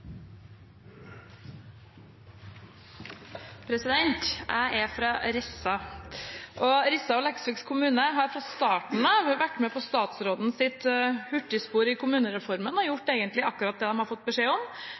Rissa. Rissa og Leksvik kommuner har fra starten av vært med på statsrådens hurtigspor i kommunereformen og har gjort akkurat det de har fått beskjed om.